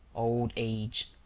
old age,